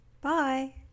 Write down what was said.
Bye